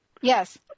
Yes